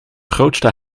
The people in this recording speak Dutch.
grootste